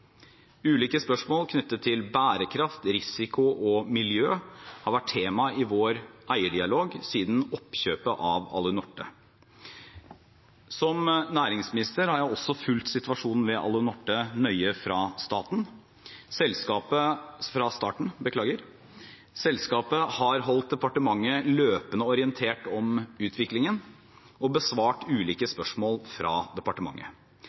Ulike spørsmål knyttet til bærekraft, risiko og miljø har vært tema i vår eierdialog siden oppkjøpet av Alunorte. Som næringsminister har jeg også fulgt situasjonen ved Alunorte nøye fra starten. Selskapet har holdt departementet løpende orientert om utviklingen og besvart ulike spørsmål fra departementet.